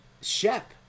Shep